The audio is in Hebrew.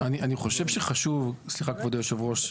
אני חושב שחשוב, סליחה כבוד יושב הראש.